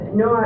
no